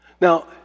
Now